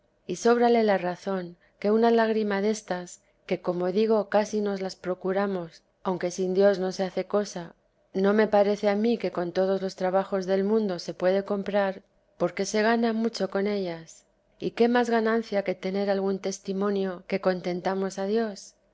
y sóbrale la razón que una lágrima destas que como digo casi nos las procuramos aunque sin dios no se hace cosa no me parece a mí que con todos los trabajos del mundo se puede comprar porque se gana mucho con ellas y qué más ganancia que tener algún testimonio que contentamos a dios